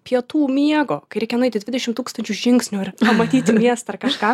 pietų miego kai reikia nueiti dvidešimt tūkstančių žingsnių ir matyti miestą ar kažką